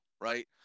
right